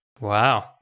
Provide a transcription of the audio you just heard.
Wow